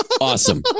awesome